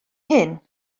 hyn